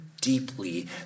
deeply